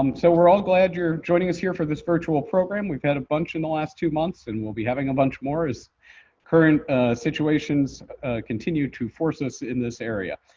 um so we're all glad you're joining us here for this virtual program. we've done a bunch in the last two months and we'll be having a bunch more as current situations continue to force us in this area.